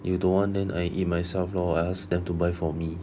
you don't want then I eat myself lor I ask them to buy for me